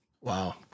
Wow